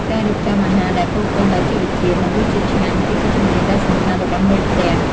ការរៀបចំអាហារដែលពោរពេញដោយជីវជាតិ និងរសជាតិឆ្ងាញ់ គឺជាជំនាញដ៏សំខាន់របស់មេផ្ទះ។